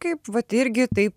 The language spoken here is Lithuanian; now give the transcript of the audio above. kaip vat irgi taip